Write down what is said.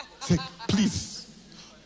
Please